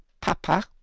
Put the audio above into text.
Papa